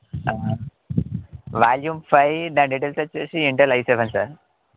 volume five దాని details వచ్చేసి Intel I seven sir